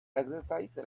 exercise